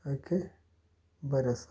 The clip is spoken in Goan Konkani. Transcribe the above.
ओके बरें आसा